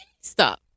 Stop